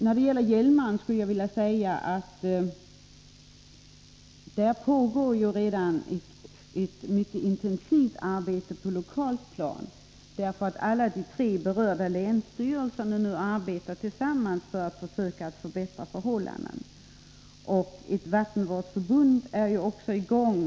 När det gäller Hjälmaren skulle jag vilja säga att det redan pågår ett mycket intensivt arbete på lokalt plan. Alla de tre berörda länsstyrelserna arbetar nu tillsammans för att försöka förbättra förhållandena, och ett vattenvårdsförbund är också i gång.